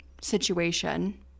situation